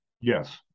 Yes